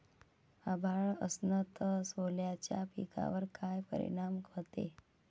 अभाळ असन तं सोल्याच्या पिकावर काय परिनाम व्हते?